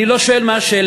אני לא שואל מה השאלה,